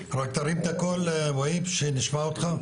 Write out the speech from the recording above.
תרים את הקול כדי שנשמע אותך.